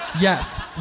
yes